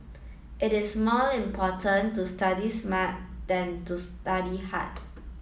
it is more important to study smart than to study hard